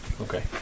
Okay